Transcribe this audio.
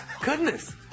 Goodness